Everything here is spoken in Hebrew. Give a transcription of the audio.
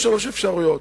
יש שלוש אפשרויות,